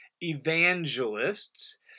Evangelists